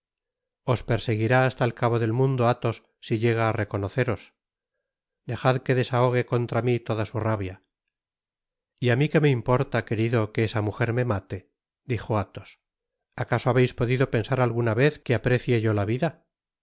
os perseguirá hasta el cabo del mundo athos si llega á reconoceros dejad que desahogue contra mi toda su rabia y á mi que me importa querido que esa mujer me mate dijo athos acaso habeis podido pensar alguna vez que aprecie yo la vida